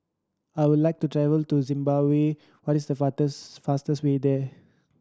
I would like to travel to Zimbabwe What is the fastest way there